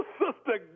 sister